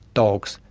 dogs,